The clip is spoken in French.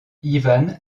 ivan